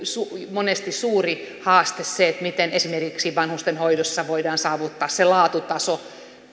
monesti suuri haaste se miten esimerkiksi vanhustenhoidossa voidaan saavuttaa se laatutaso